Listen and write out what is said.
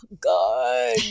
God